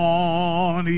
on